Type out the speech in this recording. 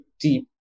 deep